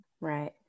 Right